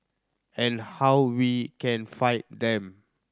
and how we can fight them